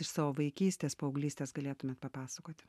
iš savo vaikystės paauglystės galėtumėt papasakoti